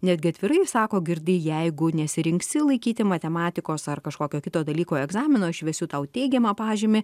netgi atvirai sako girdi jeigu nesirinksi laikyti matematikos ar kažkokio kito dalyko egzamino išvesiu tau teigiamą pažymį